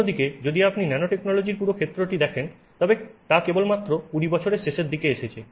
অন্যদিকে যদি আপনি দেখেন ন্যানোটেকনোলজির পুরো ক্ষেত্রটি কেবলমাত্র 20 বছরের শেষের দিকে এসেছে